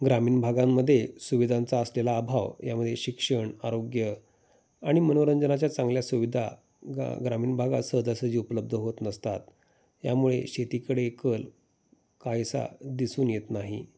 ग्रामीण भागांमध्ये सुविधांचा असलेला अभाव यामध्ये शिक्षण आरोग्य आणि मनोरंजनाच्या चांगल्या सुविधा गा ग्रामीण भागात सहजासहजी उपलब्ध होत नसतात यामुळे शेतीकडे कल काहीसा दिसून येत नाही